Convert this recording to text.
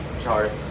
charts